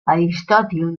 aristòtil